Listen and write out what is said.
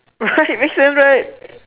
right makes sense right